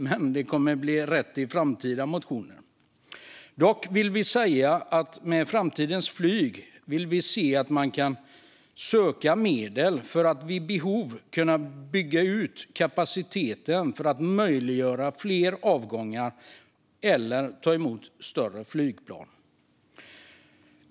Men det kommer att bli rätt i framtida motioner. Vi vill att man i framtiden ska kunna söka medel för att vid behov kunna bygga ut kapaciteten för att möjliggöra fler avgångar eller ta emot större flygplan.